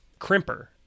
crimper